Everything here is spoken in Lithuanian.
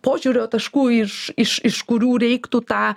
požiūrio taškų iš iš iš kurių reiktų tą